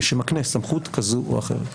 שמקנה סמכות כזו או אחרת.